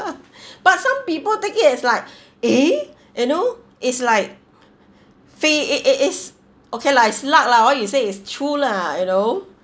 but some people take it as like eh you know it's like fate it it is okay lah it's luck lah what you say is true lah you know